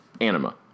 Anima